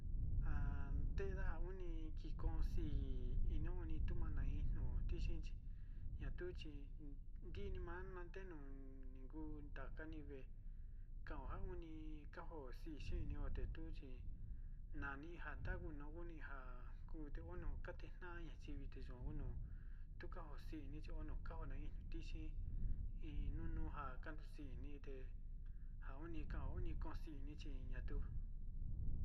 Ja kaayo ja oni koo si iniyo tuma in tnu'u tixi chi tuni'ima chi ntaka ni ve'e katetna'a kaku yu'u te yuka ja koo si iniyo ntaka ni kivi chi tuni'ima.